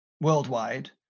worldwide